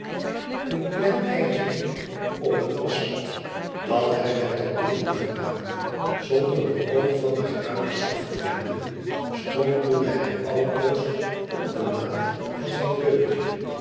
een klein eindje liep op een aschpad dat hij met dat doel had gemaakt zonder een oog van de gravers af te wenden strompelde hij altoos op de maat van zijn deuntje